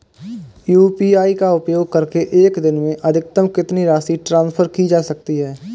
UPI का उपयोग करके एक दिन में अधिकतम कितनी राशि ट्रांसफर की जा सकती है?